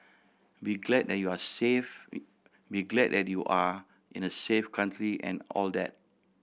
be glad that you are safe be glad that you are in a safe country and all that